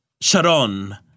Sharon